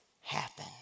happen